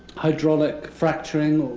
hydraulic fracturing,